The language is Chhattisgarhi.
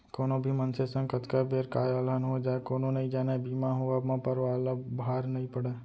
कोनो भी मनसे संग कतका बेर काय अलहन हो जाय कोनो नइ जानय बीमा होवब म परवार ल भार नइ पड़य